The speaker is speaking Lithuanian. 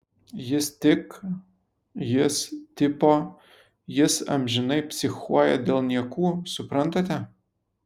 jis tik jis tipo jis amžinai psichuoja dėl niekų suprantate